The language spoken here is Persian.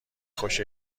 خوش